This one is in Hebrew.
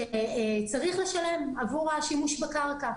שצריך לשלם עבור השימוש בקרקע.